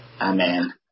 Amen